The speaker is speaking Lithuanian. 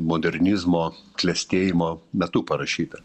modernizmo klestėjimo metu parašyta